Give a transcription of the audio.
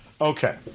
okay